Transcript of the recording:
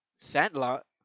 Sandlot